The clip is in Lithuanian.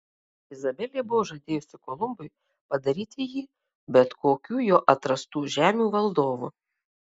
izabelė buvo žadėjusi kolumbui padaryti jį bet kokių jo atrastų žemių valdovu